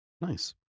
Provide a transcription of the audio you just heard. Nice